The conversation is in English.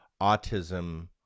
autism